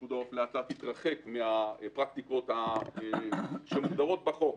פיקוד העורף התרחק מהפרקטיקות שמוגדרות בחוק.